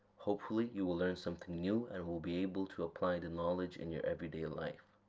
hopefully you will learn something new and will be able to apply the knowledge in your everyday life.